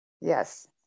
Yes